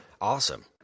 Awesome